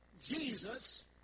Jesus